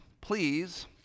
Please